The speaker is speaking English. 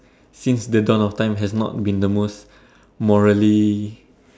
since the dawn of time has not been the most morally